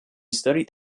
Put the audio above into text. studied